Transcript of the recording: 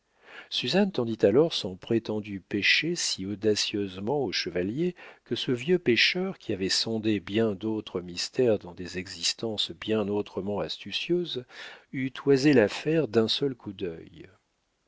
suzanne tendit alors son prétendu péché si audacieusement au chevalier que ce vieux pécheur qui avait sondé bien d'autres mystères dans des existences bien autrement astucieuses eut toisé l'affaire d'un seul coup d'œil